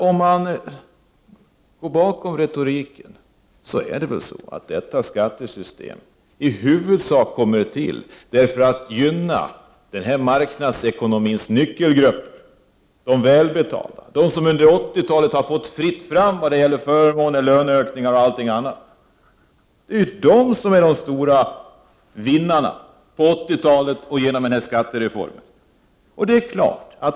Om man går bakom retoriken finner man att detta nya skattesystem i huvudsak kommit till för att gynna de starka, marknadsekonomins nyckelgrupper, de välbetalda, de som under 1980-talet fått fritt fram när det gäller förmåner, löneökningar och allting annat. Det är ju de som är de stora vinnarna, på 1980 talet och genom denna skattereform.